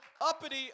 uppity